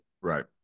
Right